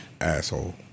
Asshole